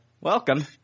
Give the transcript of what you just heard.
welcome